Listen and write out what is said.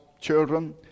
children